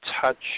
touch